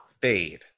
fade